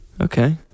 Okay